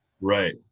Right